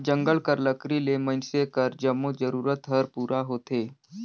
जंगल कर लकरी ले मइनसे कर जम्मो जरूरत हर पूरा होथे